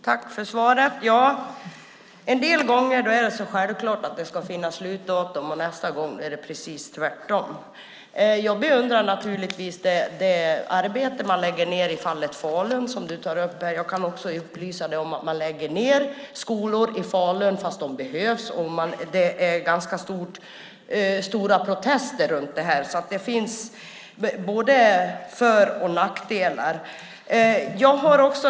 Herr talman! Jag tackar för svaret. En del gånger är det självklart att det ska finnas slutdatum. Nästa gång är det precis tvärtom. Jag beundrar naturligtvis det arbete man lägger ned i fallet Falun som Inge Garstedt tar upp här. Jag kan också upplysa dig om att man lägger ned skolor i Falun fast de behövs. Det är ganska stora protester mot det. Så det finns både för och nackdelar.